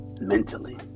mentally